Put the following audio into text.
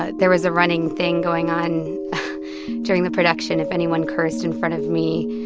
ah there was a running thing going on during the production. if anyone cursed in front of me,